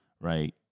right